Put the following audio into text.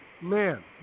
man